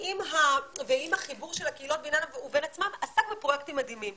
ועם החיבור של הקהילות בינן לבין עצמם עסק בפרויקטים מדהימים,